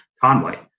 Conway